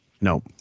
No